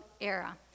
era